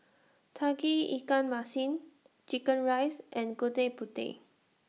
Tauge Ikan Masin Chicken Rice and Gudeg Putih